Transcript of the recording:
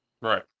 Right